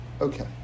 Okay